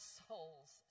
souls